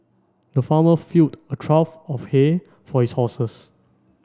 the farmer filled a trough of hay for his horses